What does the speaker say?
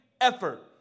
effort